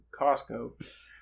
Costco